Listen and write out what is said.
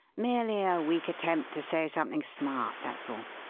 merely a weak attempt to say something smart, that's all.